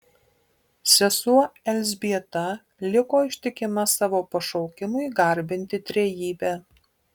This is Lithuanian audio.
sesuo elzbieta liko ištikima savo pašaukimui garbinti trejybę